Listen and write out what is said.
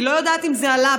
אני לא יודעת אם זה עלה,